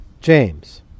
James